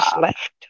left